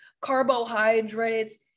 carbohydrates